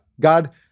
God